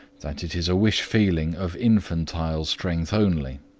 that it is a wish-feeling of infantile strength only.